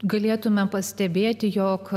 galėtumėme pastebėti jog